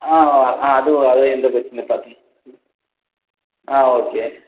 ஆ ஆ ஆ அதுவும் அது எந்த பிரச்சனையும் ஆ ஓகே